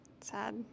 Sad